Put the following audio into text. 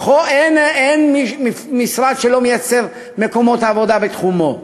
אין משרד שלא מייצר מקומות עבודה בתחומו.